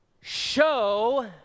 Show